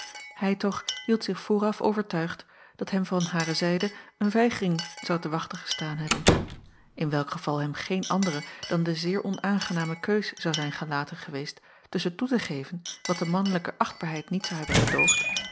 hij toch hield zich vooraf overtuigd dat hem van hare zijde een weigering zou te wachten gestaan hebben in welk geval hem geen andere dan de zeer onaangename keus zou zijn gelaten geweest tusschen toe te geven wat de mannelijke achtbaarheid niet zou hebben gedoogd